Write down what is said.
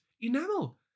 enamel